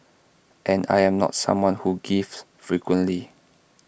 and I am not someone who gives frequently